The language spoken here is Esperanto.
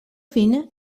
vin